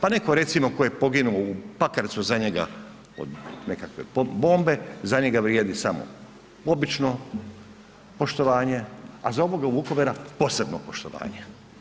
Pa netko recimo tko je poginuo u Pakracu za njega, od nekakve bombe, za njega vrijedi samo obično poštovanje a za ovoga u Vukovaru posebno poštovanje.